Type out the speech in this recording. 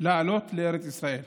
לעלות לארץ ישראל